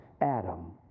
Adam